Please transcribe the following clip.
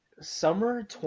Summer